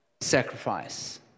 Sacrifice